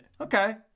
Okay